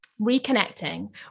reconnecting